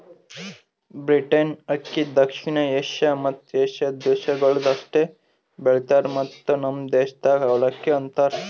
beaten ಅಕ್ಕಿ ದಕ್ಷಿಣ Asia ಮತ್ತ ಏಷ್ಯಾದ ದೇಶಗೊಳ್ದಾಗ್ ಅಷ್ಟೆ ಬೆಳಿತಾರ್ ಮತ್ತ ನಮ್ ದೇಶದಾಗ್ ಅವಲಕ್ಕಿ ಅಂತರ್